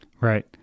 Right